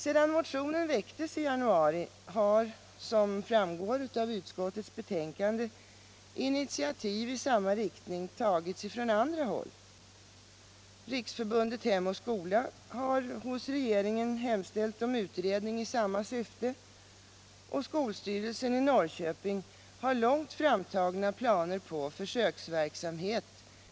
Sedan motionen väcktes i januari har, som framgår av utskottets betänkande, initiativ i samma riktning tagits från andra håll. Riksförbundet Hem och skola har hos regeringen hemställt om utredning i samma syfte, och skolstyrelsen i Norrköping har långt framskridna planer på försöksverksamhet